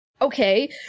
Okay